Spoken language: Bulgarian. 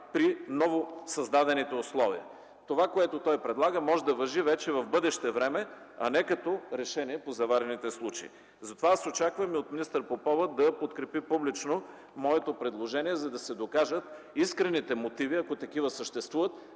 при новосъздадените условия. Това, което той предлага, може да важи вече в бъдеще време, а не като решение по заварените случаи. Затова очаквам и министър Попова да подкрепи публично моето предложение, за да се докажат искрените мотиви, ако такива съществуват,